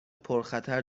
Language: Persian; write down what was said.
پرخطر